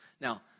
Now